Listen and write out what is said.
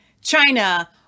China